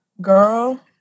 girl